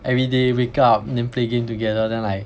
everyday wake up then play game together then like